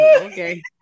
Okay